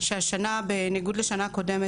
בניגוד לשנה קודמת,